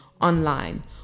online